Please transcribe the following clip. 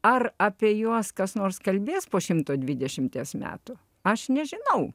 ar apie juos kas nors kalbės po šimto dvidešimties metų aš nežinau